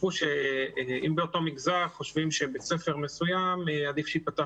אם באותו מגזר חושבים שבית ספר מסוים עדיף שייפתח